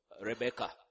Rebecca